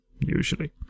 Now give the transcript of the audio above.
usually